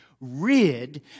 Rid